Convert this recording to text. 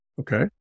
Okay